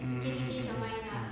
mm mm mm mm mm